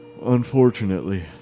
unfortunately